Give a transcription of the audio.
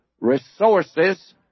resources